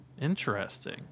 Interesting